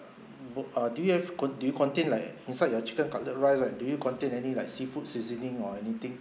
bu~ uh you have cont~ do you contain like inside your chicken cutlet rice right do you contain any like seafood seasoning or anything